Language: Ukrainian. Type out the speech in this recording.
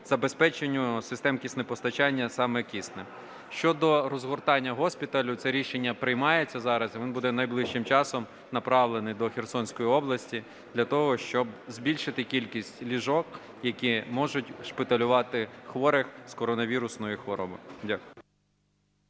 забезпеченню систем киснепостачання саме киснем. Щодо розгортання госпіталю, це рішення приймається зараз. І він буде найближчим часом направлений до Херсонської області для того, щоб збільшити кількість ліжок, на які можуть шпиталювати хворих з коронавірусною хворобою. Дякую.